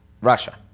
Russia